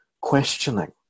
questioning